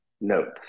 notes